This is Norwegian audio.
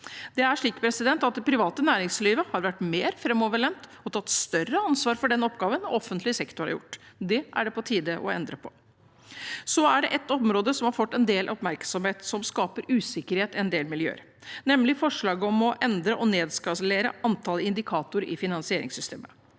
Det er slik at det private næringslivet har vært mer framoverlent og tatt større ansvar for den oppgaven enn offentlig sektor har gjort. Det er det på tide å endre på. Så er det et område som har fått en del oppmerksomhet, og som skaper usikkerhet i en del miljøer, nemlig forslaget om å endre og nedskalere antall indikatorer i finansieringssystemet.